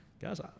Guys